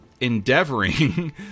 endeavoring